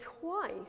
twice